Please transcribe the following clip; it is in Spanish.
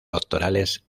doctorales